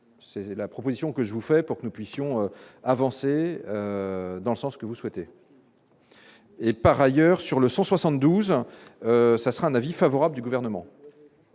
c'est la proposition que je vous fais pour que nous puissions avancer dans le sens que vous souhaitez. Et par ailleurs, sur le 172 ça sera un avis favorable du gouvernement.